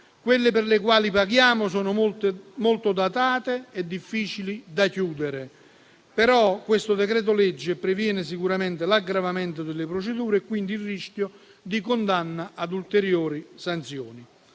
Quelle per le quali paghiamo sono molto datate e difficili da chiudere. Questo decreto-legge previene sicuramente l'aggravamento delle procedure e, quindi, il rischio di condanna a ulteriori sanzioni.